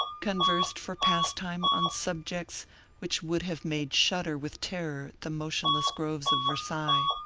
conversed for pastime on subjects which would have made shudder with terror the motionless groves of versailles.